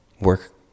work